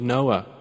Noah